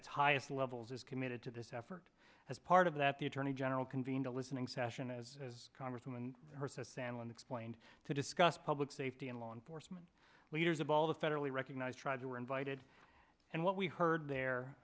its highest levels is committed to this effort as part of that the attorney general convened a listening session as congresswoman hearses sandland explained to discuss public safety and law enforcement leaders of all the federally recognized tribes who were invited and what we heard there